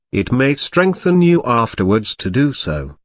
it may strengthen you afterwards to do so,